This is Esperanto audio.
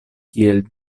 kiel